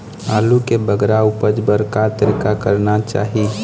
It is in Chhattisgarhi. आलू के बगरा उपज बर का तरीका करना चाही?